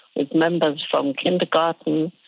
with members from kindergarten,